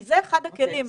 זה אחד הכלים.